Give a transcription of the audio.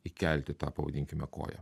įkelti tą pavadinkime koją